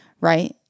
Right